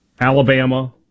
Alabama